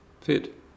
fit